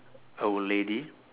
a lady